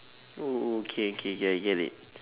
okay okay I get it I get it